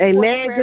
Amen